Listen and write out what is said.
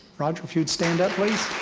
roger, if you'd stand up, please.